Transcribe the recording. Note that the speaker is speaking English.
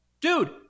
dude